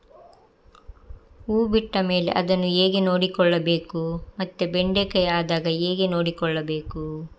ಹೂ ಬಿಟ್ಟ ಮೇಲೆ ಅದನ್ನು ಹೇಗೆ ನೋಡಿಕೊಳ್ಳಬೇಕು ಮತ್ತೆ ಬೆಂಡೆ ಕಾಯಿ ಆದಾಗ ಹೇಗೆ ನೋಡಿಕೊಳ್ಳಬೇಕು?